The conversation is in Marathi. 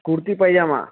कुर्ती पायजमा